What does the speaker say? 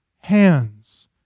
hands